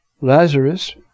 Lazarus